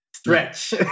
Stretch